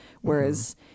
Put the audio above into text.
whereas